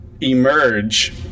emerge